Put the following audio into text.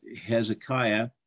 Hezekiah